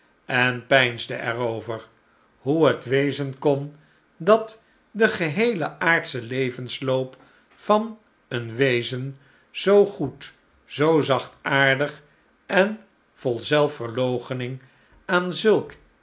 en peinsde er over hoe het wezen kon dat de geheele aardsche levensloop van een wezen zoo goed zoo zachtaardig en vol zelfverloochening aan zulk